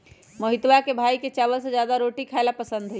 मोहितवा के भाई के चावल से ज्यादा रोटी खाई ला पसंद हई